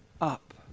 up